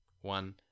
one